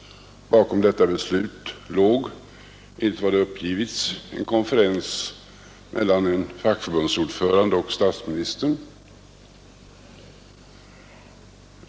Bakom detta beslut låg, enligt vad det uppgivits, en konferens mellan en fackförbundsordförande och statsministern.